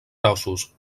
grossos